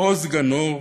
עוז גנור,